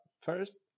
First